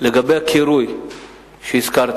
לגבי הקירוי שהזכרת,